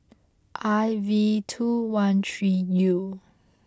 I V two one three U